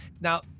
Now